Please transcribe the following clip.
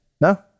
No